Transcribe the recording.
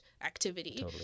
activity